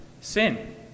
sin